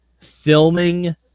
filming